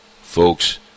folks